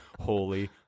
holy